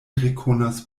rekonas